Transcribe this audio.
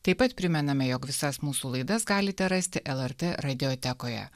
taip pat primename jog visas mūsų laidas galite rasti lrt radiotekoje